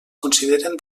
consideren